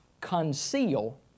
conceal